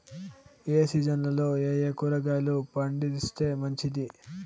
ఏ సీజన్లలో ఏయే కూరగాయలు పండిస్తే మంచిది